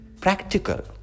practical